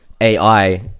AI